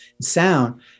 sound